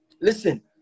Listen